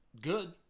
good